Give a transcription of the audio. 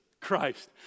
Christ